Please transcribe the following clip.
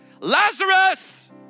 Lazarus